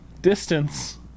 Distance